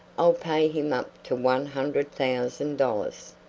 i'll pay him up to one hundred thousand dollars.